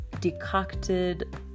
decocted